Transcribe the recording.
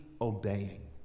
obeying